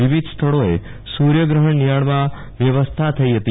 વિવિધ સ્થળોએ સૂર્યગ્રહણ નિહાળવા વ્યવસ્થા થઇ હતી